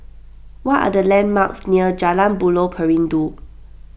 what are the landmarks near Jalan Buloh Perindu